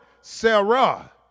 Sarah